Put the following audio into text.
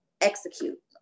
Execute